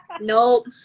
Nope